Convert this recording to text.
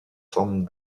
forme